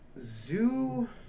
zoo